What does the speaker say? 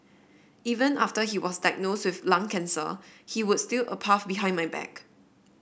even after he was diagnose with lung cancer he would steal a puff behind my back